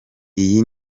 iyi